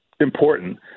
important